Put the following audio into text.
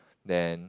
then